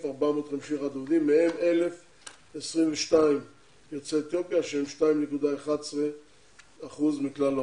48,451 עובדים מהם 1,022 יוצאי אתיופיה שהם 2.11% מכלל העובדים.